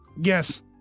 Yes